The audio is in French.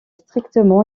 strictement